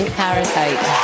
parasite